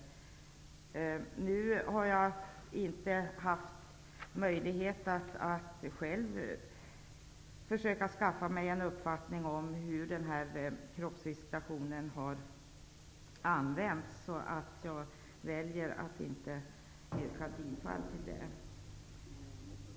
Jag har inte haft möjlighet att själv försöka skaffa mig en uppfattning om hur kroppsvisitationen har använts, och jag väljer därför att inte yrka bifall till vår motion i frågan.